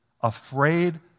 Afraid